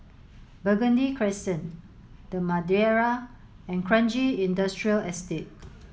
Burgundy Crescent The Madeira and Kranji Industrial Estate